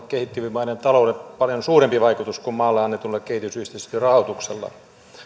kehittyvien maiden taloudelle paljon suurempi vaikutus kuin maalle annetulla kehitysyhteistyörahoituksella